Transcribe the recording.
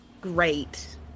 great